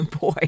Boy